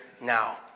now